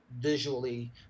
visually